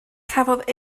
cafodd